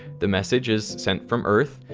the message is sent from earth,